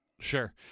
Sure